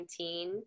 2019